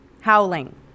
Howling